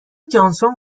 جانسون